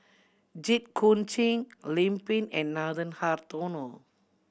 Jit Koon Ch'ng Lim Pin and Nathan Hartono